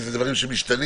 ואלה דברים שמשתנים,